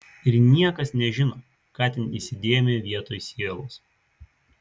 ir niekas nežino ką ten įsidėjome vietoj sielos